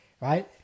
right